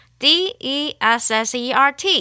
dessert